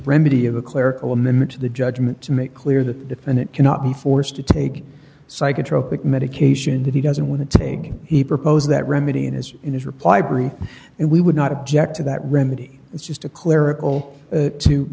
remedy of a clerical amendment to the judgment to make clear that the defendant cannot be forced to take psychotropic medication that he doesn't want to take he proposed that remedy in his in his reply brief and we would not object to that remedy it's just a clerical